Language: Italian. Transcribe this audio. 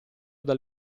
dal